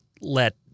let